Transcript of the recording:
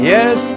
Yes